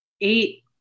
eight